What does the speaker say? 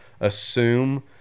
assume